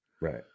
Right